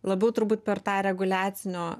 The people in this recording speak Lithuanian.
labiau turbūt per tą reguliacinio